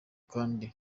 kandi